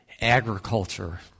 agriculture